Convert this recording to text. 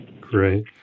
Great